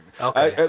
Okay